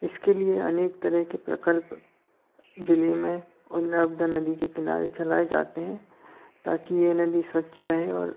इसके लिए अनेक तरह के प्रकल्प ज़िले में और नर्मदा नदी के किनारे चलाए जाते हैं ताकि यह नदी स्वच्छ रहे और